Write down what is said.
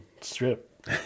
strip